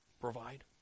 provide